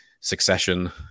succession